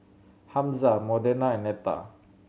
Hamza Modena and Netta